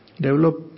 Develop